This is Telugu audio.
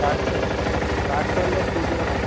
థర్డ్ ఫ్లోర్ థర్డ్ ఫ్లోర్లో త్రీ జీరో వన్